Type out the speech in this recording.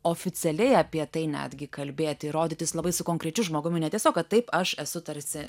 oficialiai apie tai netgi kalbėti ir rodytis labai su konkrečiu žmogumi ne tiesiog kad taip aš esu tarsi